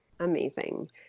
Amazing